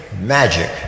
magic